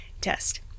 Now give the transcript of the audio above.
test